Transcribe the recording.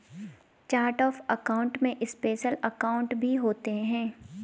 chart of account में special account भी होते हैं